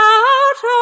out